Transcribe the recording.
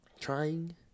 trying